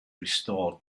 restored